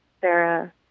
Sarah